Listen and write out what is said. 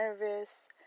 nervous